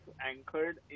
anchored